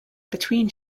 between